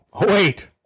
Wait